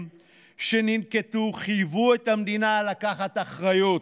שננקטו חייבו את המדינה לקחת אחריות,